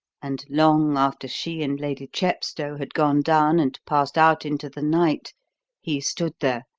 and long after she and lady chepstow had gone down and passed out into the night he stood there,